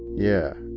yeah.